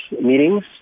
meetings